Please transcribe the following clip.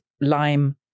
lime